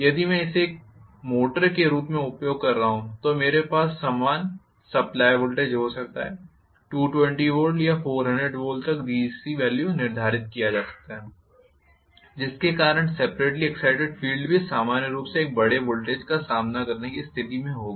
यदि मैं इसे एक मोटर के रूप में उपयोग कर रहा हूं तो मेरे पास समान सप्लाई वोल्टेज हो सकता है 220 वोल्ट या 400 वोल्ट तक डीसी वॅल्यू निर्धारित किया जा सकता है जिसके कारण सेपरेट्ली एग्ज़ाइटेड फ़ील्ड भी सामान्य रूप से एक बड़े वोल्टेज का सामना करने की स्थिति में होगा